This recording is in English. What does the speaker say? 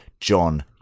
john